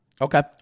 Okay